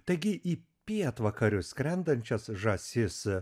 taigi į pietvakarius skrendančias žąsis